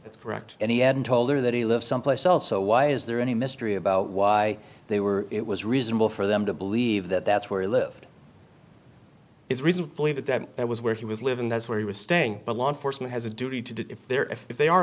that's correct and he had told her that he live someplace else so why is there any mystery about why they were it was reasonable for them to believe that that's where he lived his reason to believe that that was where he was living that's where he was staying the law enforcement has a duty to do if they're if if they are